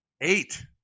Eight